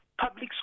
public